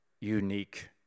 unique